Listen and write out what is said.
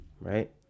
Right